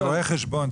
כרואה חשבון,